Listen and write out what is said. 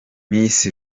miss